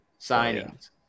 signings